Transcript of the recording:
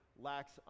lacks